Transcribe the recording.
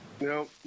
No